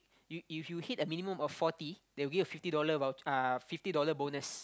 you if you hit a minimum of forty they will give you a fifty dollar voucher uh fifty dollar bonus